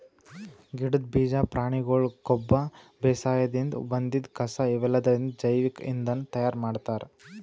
ಗಿಡದ್ ಬೀಜಾ ಪ್ರಾಣಿಗೊಳ್ ಕೊಬ್ಬ ಬೇಸಾಯದಿನ್ದ್ ಬಂದಿದ್ ಕಸಾ ಇವೆಲ್ಲದ್ರಿಂದ್ ಜೈವಿಕ್ ಇಂಧನ್ ತಯಾರ್ ಮಾಡ್ತಾರ್